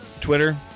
Twitter